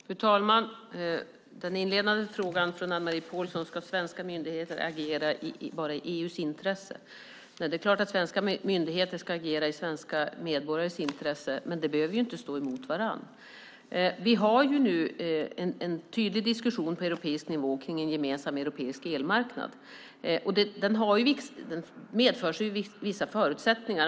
Fru talman! Anne-Marie Pålssons inledande fråga är om svenska myndigheter ska agera bara i EU:s intresse. Nej, det är klart att svenska myndigheter ska agera i svenska medborgares intresse. De sakerna behöver inte stå emot varandra. På europeisk nivå har vi nu en tydlig diskussion om en gemensam europeisk elmarknad. Den medför vissa förutsättningar.